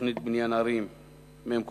תוכנית בניין ערים מק/201,